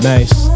Nice